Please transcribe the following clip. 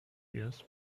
years